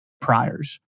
priors